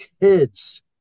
kids